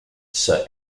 sir